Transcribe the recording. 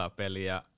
peliä